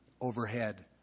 overhead